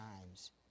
times